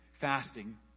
fasting